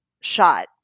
shot